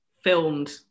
filmed